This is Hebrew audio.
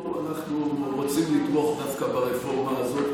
אנחנו דווקא רוצים לתמוך ברפורמה הזאת,